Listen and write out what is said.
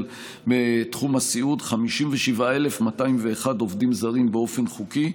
בתחום הסיעוד 57,201 עובדים זרים באופן חוקי,